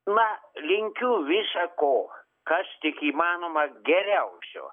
na linkiu visa ko kas tik įmanoma geriausio